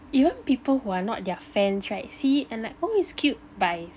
even people who are not their fans right see it and like oh is cute buys